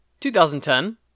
2010